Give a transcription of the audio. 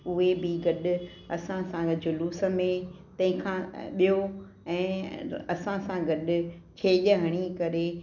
उहे बि गॾु असां सां झुलूस में तंहिंखां ॿियो ऐं असां सां गॾु छेॼ हणी करे